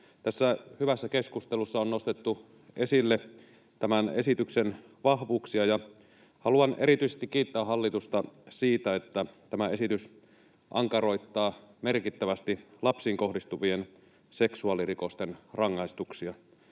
Tässä hyvässä keskustelussa on nostettu esille tämän esityksen vahvuuksia. Haluan erityisesti kiittää hallitusta siitä, että tämä esitys ankaroittaa merkittävästi lapsiin kohdistuvien seksuaalirikosten rangaistuksia.